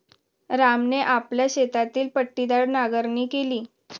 रामने आपल्या शेतातील पट्टीदार नांगरणी केली